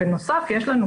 בנוסף יש לנו,